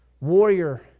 warrior